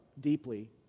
deeply